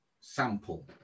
sample